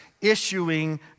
issuing